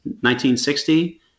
1960